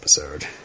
episode